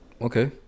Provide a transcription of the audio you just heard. okay